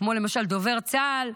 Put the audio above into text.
כמו למשל דובר צה"ל,